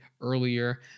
earlier